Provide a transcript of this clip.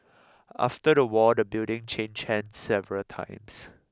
after the war the building changed hands several times